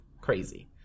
crazy